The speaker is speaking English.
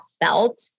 felt